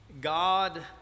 God